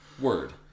Word